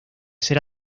ser